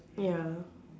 ya